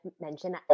mentioned